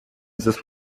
this